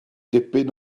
dipyn